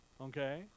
Okay